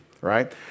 right